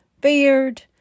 beard